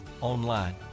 online